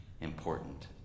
important